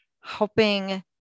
helping